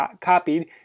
copied